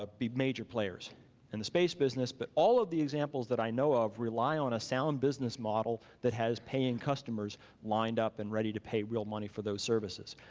ah be major players in the space business, but all of the examples that i know of rely on a sound business model that has paying customers lined up and ready to pay real money for those services.